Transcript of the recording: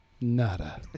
nada